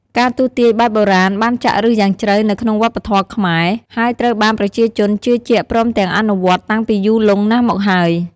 ការទស្សន៍ទាយបែបបុរាណបានចាក់ឫសយ៉ាងជ្រៅនៅក្នុងវប្បធម៌ខ្មែរ ហើយត្រូវបានប្រជាជនជឿជាក់ព្រមទាំងអនុវត្តតាំងពីយូរលង់ណាស់មកហើយ។